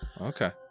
okay